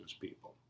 people